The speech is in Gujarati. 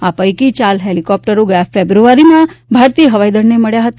આ પૈકી ચાર હેલીકોપ્ટરો ગયા ફેબ્રુઆરીમાં ભારતીય હવાઈદળને મળ્યા હતા